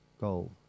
goal